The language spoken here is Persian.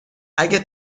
اگه